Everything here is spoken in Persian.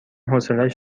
حوصلش